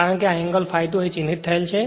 કારણ કે આ એંગલ ∅ 2 અહીં ચિહ્નિત થયેલ છે